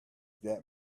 that